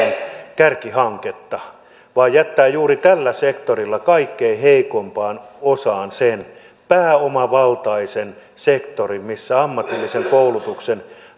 kärkihanketta vaan jättää juuri tällä sektorilla kaikkein heikoimpaan osaan sen pääomavaltaisen sektorin missä ammatillisen koulutuksen